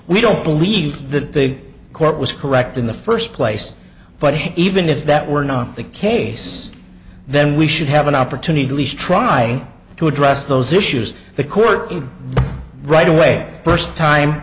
we don't believe that the court was correct in the first place but even if that were not the case then we should have an opportunity to lease try to address those issues the court right away first time